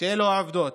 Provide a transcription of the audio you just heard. שאלו העובדות?